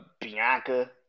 Bianca